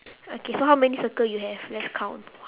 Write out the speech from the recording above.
okay so how many circle you have let's count